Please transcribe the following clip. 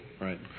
Right